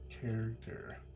character